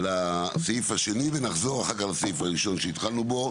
לסעיף השני ונחזור אחר כך לסעיף הראשון שהתחלנו בו.